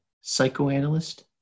psychoanalyst